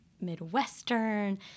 Midwestern